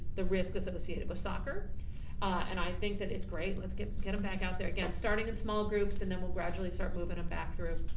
the risk associated with soccer and i think that it's great. let's get get them back out there again, starting in small groups and then we'll gradually start moving back through.